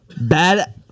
Bad